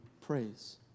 praise